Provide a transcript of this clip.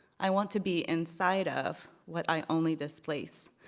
i want to be inside of what i only displace.